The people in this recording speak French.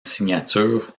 signature